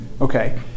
okay